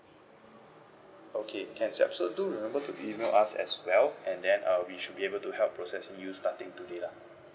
okay can so ya so do remember to email us as well and then uh we should be able to help processing you starting today lah